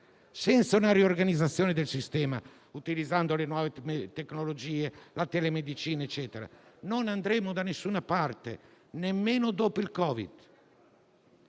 senza una riorganizzazione del sistema, utilizzando le nuove tecnologie, come la telemedicina, non andremo da nessuna parte, nemmeno dopo il Covid.